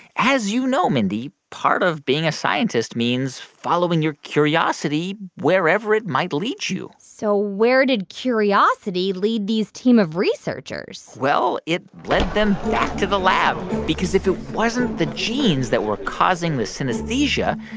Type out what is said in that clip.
as you know, mindy, part of being a scientist means following your curiosity wherever it might lead you so where did curiosity lead this team of researchers? well, it led them back to the lab because if it wasn't the genes that were causing the synesthesia,